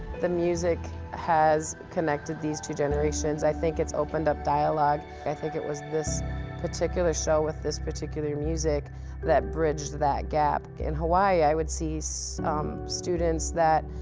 the music has connected these two generations. i think it's opened up dialogue. i think it was this particular show with this particular music that bridged that gap. in hawaii, i would see so students that,